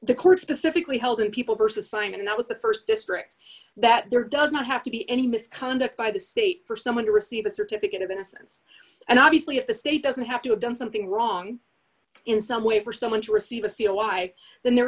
the court specifically held in people versus sign and that was the st district that there does not have to be any misconduct by the state for someone to receive a certificate of innocence and obviously if the state doesn't have to have done something wrong in some way for someone to receive a c o y then there